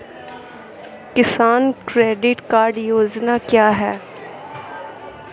किसान credit card योजना क्या है?